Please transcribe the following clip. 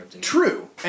True